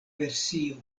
versio